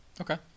Okay